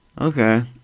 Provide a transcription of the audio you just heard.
Okay